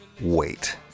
wait